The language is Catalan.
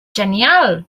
genial